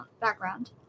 background